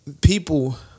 People